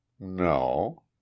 No